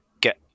Get